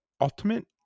ultimate